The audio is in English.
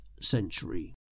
century